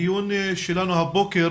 הדיון שלנו הבוקר